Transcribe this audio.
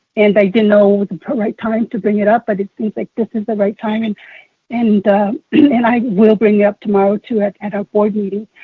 and i didn't know the so right time to bring it up, but it seems like this is the right time. and and and i will bring it up tomorrow too at at our board meeting.